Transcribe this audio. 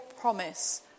promise